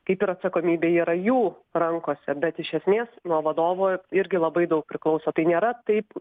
kaip ir atsakomybė yra jų rankose bet iš esmės nuo vadovo irgi labai daug priklauso tai nėra taip